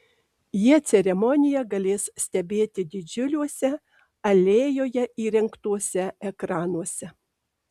jie ceremoniją galės stebėti didžiuliuose alėjoje įrengtuose ekranuose